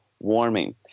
warming